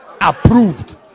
approved